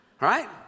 Right